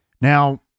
Now